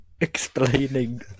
explaining